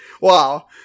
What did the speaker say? Wow